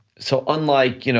so unlike, you know